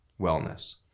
wellness